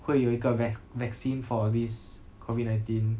会有一个:huiyou yi ge vac~ vaccine for this COVID nineteen